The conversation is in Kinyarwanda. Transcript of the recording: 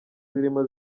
zirimo